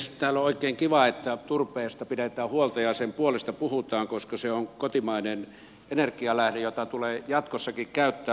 täällä on oikein kiva että turpeesta pidetään huolta ja sen puolesta puhutaan koska se on kotimainen energianlähde jota tulee jatkossakin käyttää